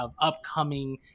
upcoming